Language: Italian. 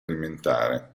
alimentare